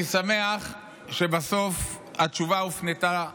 אני שמח שבסוף התשובה הופנתה ממשרדך,